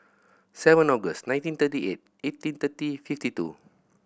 seven August nineteen thirty eight eighteen thirty fifty two